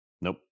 Nope